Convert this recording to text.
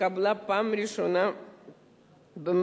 התקבלה פעם ראשונה במרס,